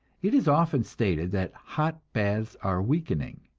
it is often stated that hot baths are weakening,